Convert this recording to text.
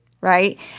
right